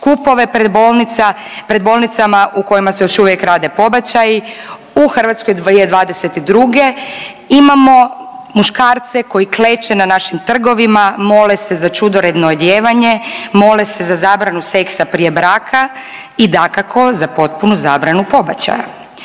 skupove pred bolnicama u kojima se još uvijek rade pobačaji. U Hrvatskoj 2022. imamo muškarce koji kleče na našim trgovima, mole se za ćudoredno odijevanje, mole se za zabranu seksa prije braka i dakako za potpunu zabranu pobačaja.